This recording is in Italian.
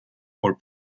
col